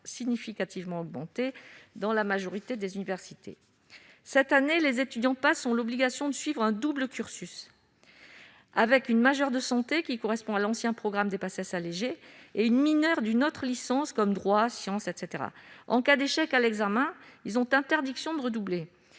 significativement augmentée dans la majorité des universités. Cette année, les étudiants en PASS ont l'obligation de suivre un double cursus avec une majeure de santé, qui correspond à l'ancien programme de la Paces allégé et une mineure d'une autre licence comme droit, sciences, etc. En cas d'échec à l'examen, ils ont interdiction de redoubler.